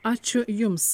ačiū jums